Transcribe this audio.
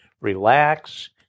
relax